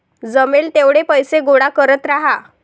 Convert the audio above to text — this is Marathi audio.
जमेल तेवढे पैसे गोळा करत राहा